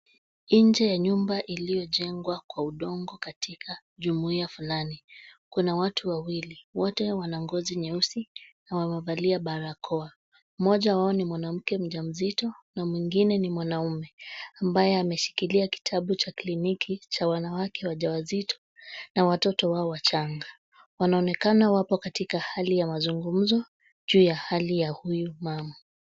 Nje ya nyumba iliyojengwa kwa udongo katika jumuiya fulani. Kuna watu wawili, wote wana ngozi nyeusi na wamevalia barakoa. Mmoja wao ni mwanamke mjamzito na mwingine ni mwanaume ambaye ameshikilia kitabu cha kliniki cha wanawake wajawazito na watoto wao wachanga, wanaonekana wako katika hali ya mazungumzo juu ya hali ya huyu mama.